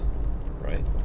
right